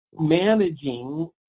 managing